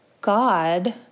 God